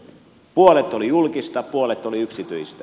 puolet oli julkista puolet oli yksityistä